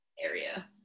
area